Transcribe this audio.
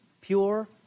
Pure